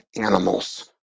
animals